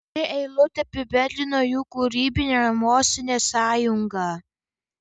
ši eilutė apibendrino jų kūrybinę ir emocinę sąjungą